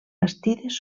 bastides